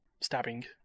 stabbing